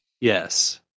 Yes